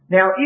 Now